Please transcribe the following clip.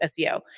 SEO